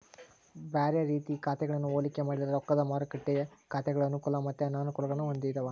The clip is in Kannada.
ಬ್ಯಾರೆ ರೀತಿಯ ಖಾತೆಗಳನ್ನ ಹೋಲಿಕೆ ಮಾಡಿದ್ರ ರೊಕ್ದ ಮಾರುಕಟ್ಟೆ ಖಾತೆಗಳು ಅನುಕೂಲ ಮತ್ತೆ ಅನಾನುಕೂಲಗುಳ್ನ ಹೊಂದಿವ